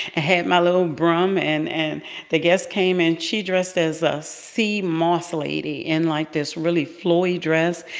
had my little broom. and and the guest came, and she dressed as a sea moss lady in, like, this really flowy dress.